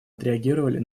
отреагировали